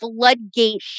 floodgate